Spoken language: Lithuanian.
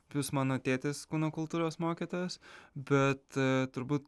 plius mano tėtis kūno kultūros mokytojas bet turbūt